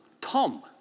Tom